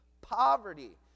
poverty